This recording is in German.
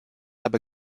aber